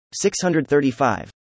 635